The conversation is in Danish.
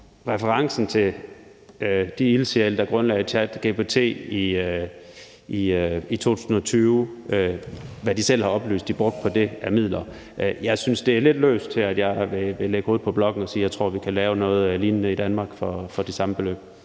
referencen til de ildsjæle, der grundlagde ChatGPT i 2020, og hvad de selv har oplyst de brugte på det af midler, synes jeg, det er lidt for løst til, at jeg vil lægge hovedet på blokken og sige, at jeg tror, vi kan lave noget lignende i Danmark for det samme beløb.